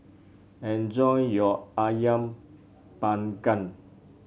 enjoy your ayam Panggang